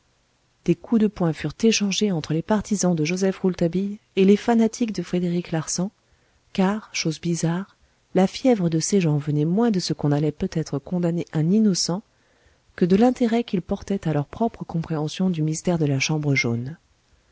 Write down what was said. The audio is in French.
des coups de poings furent échangés entre les partisans de joseph rouletabille et les fanatiques de frédéric larsan car chose bizarre la fièvre de ces gens venait moins de ce qu'on allait peut-être condamner un innocent que de l'intérêt qu'ils portaient à leur propre compréhension du mystère de la chambre jaune